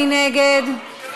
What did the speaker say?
מי נגד?